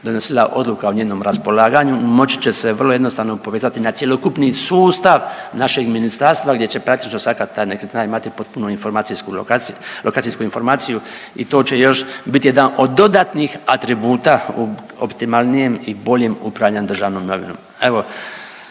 donosila odluka o njenom raspolaganju moći će se vrlo jednostavno povezati na cjelokupni sustav našeg ministarstva gdje će praktično svaka ta nekretnina imati potpunu lokacijsku informaciju i to će još biti jedan od dodatnih atributa u optimalnijem i bolje upravljanju državnom imovinom.